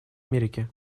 америки